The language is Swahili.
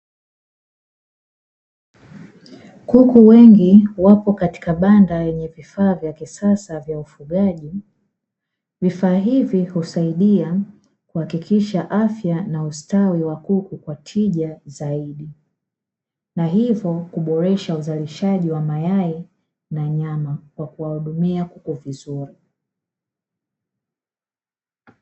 Kuku wengi wapo katika banda lenye vifaa vya kisasa vya ufugaji vifaa hivyi husaidia kuhakikisha afya na ustawi wa kuku kwa tija zaidi na hivyo kuboresha uzalishaji wa mayai na nyama kwa kuwahudumia kuku vizuri.